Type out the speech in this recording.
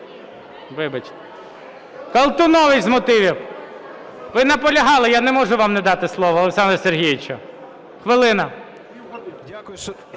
Вибач. Колтунович – з мотивів. Ви наполягали, я не можу вам не дати слово, Олександре Сергійовичу. Хвилина.